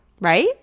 Right